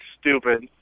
stupid